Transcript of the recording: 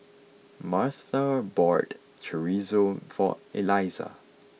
Martha bought Chorizo for Elisa